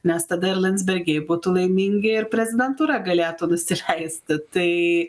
nes tada ir landsbergiai būtų laimingi ir prezidentūra galėtų nusileisti tai